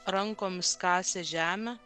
rankomis kasė žemę